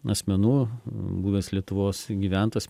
asmenų buvęs lietuvos gyventas